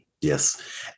Yes